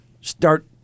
start